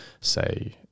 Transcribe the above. say